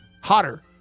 hotter